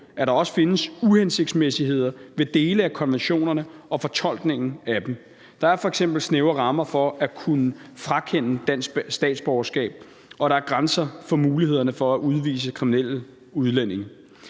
at der også findes uhensigtsmæssigheder ved dele af konventionerne og fortolkningen af dem. Der er f.eks. snævre rammer for at kunne frakende dansk statsborgerskab, og der er grænser for mulighederne for at udvise kriminelle udlændinge.